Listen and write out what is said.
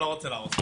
אני לא רוצה להרוס,